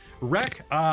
Wreck